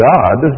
God